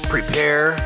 Prepare